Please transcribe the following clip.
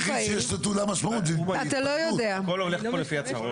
המקום היחיד שיש לתעודה משמעות היא --- הכל הולך פה לפי הצהרות.